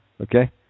Okay